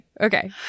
Okay